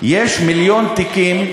יש מיליון תיקים,